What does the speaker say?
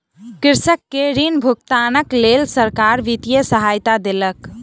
कृषक के ऋण भुगतानक लेल सरकार वित्तीय सहायता देलक